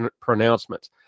pronouncements